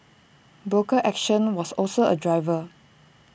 broker action was also A driver